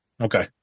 Okay